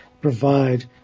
provide